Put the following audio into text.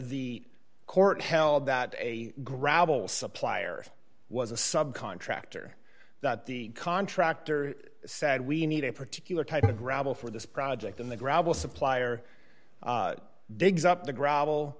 the court held that a gravel supplier was a subcontractor that the contractor said we need a particular type of gravel for this project in the gravel supplier digs up the gravel